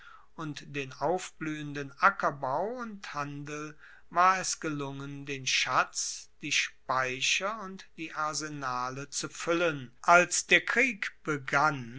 und den aufbluehenden ackerbau und handel war es gelungen den schatz die speicher und die arsenale zu fuellen als der krieg begann